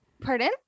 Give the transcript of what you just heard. pardon